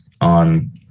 on